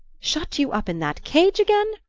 shut you up in that cage again?